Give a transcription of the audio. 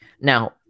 Now